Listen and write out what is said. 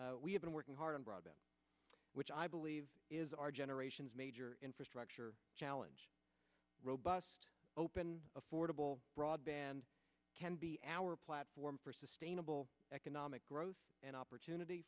have been working hard on broadband which i believe is our generation's major infrastructure challenge robust open affordable broadband can be our platform for sustainable economic growth and opportunity